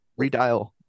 redial